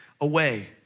away